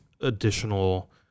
additional